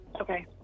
Okay